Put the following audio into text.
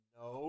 no